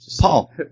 Paul